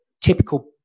typical